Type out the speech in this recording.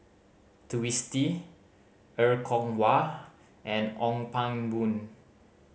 Twisstii Er Kwong Wah and Ong Pang Boon